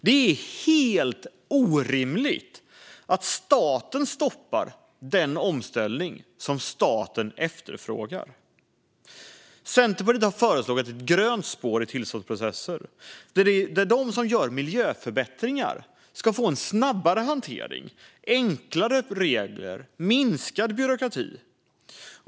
Det är helt orimligt att staten stoppar den omställning som staten efterfrågar. Centerpartiet har föreslagit ett grönt spår i tillståndsprocesserna där de som gör miljöförbättringar ska få en snabbare hantering, enklare regler och minskad byråkrati.